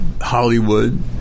Hollywood